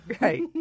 Right